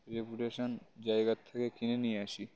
reputation জায়গার থেকে কিনে নিয়ে আসি